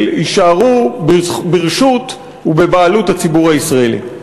יישארו ברשות ובבעלות הציבור הישראלי.